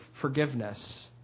forgiveness